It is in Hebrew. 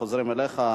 ואנחנו חוזרים אליך.